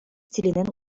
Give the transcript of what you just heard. тилинен